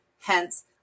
Hence